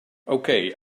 okay